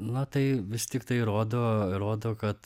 na tai vis tiktai rodo rodo kad